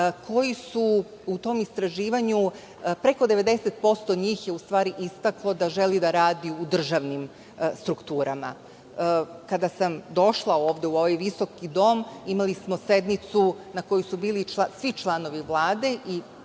koji su u tom istraživanju, preko 90% njih je u stvari istaklo da želi da radi u državnim strukturama. Kada sam došla ovde u ovaj visoki dom, imali smo sednicu na kojoj su bili svi članovi Vlade